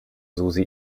susi